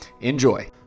enjoy